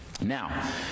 now